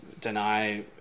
deny